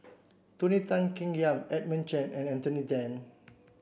Tony Tan Keng Yam Edmund Chen and Anthony Then